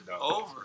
Over